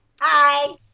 hi